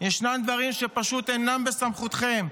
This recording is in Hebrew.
ישנם דברים שפשוט אינם בסמכותכם,